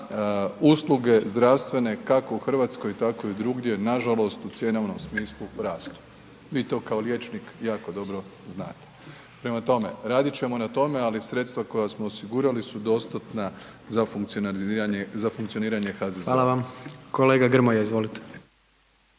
usluge zdravstvene, kako u Hrvatskoj, tako i druge, nažalost, u cjenovnom smislu rastu. Vi to kao liječnik jako dobro znate, prema tome, radit ćemo na tome, ali sredstva koja smo osigurali su dostatna za funkcioniranje HZZO-a. **Jandroković, Gordan (HDZ)**